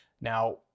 Now